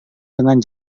dengan